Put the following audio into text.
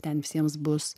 ten visiems bus